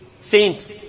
saint